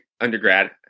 undergrad